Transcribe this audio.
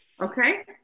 Okay